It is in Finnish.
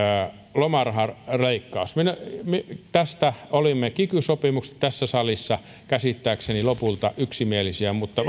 lomarahaleikkaus olimme kiky sopimuksesta tässä salissa käsittääkseni lopulta yksimielisiä mutta